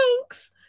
Thanks